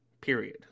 Period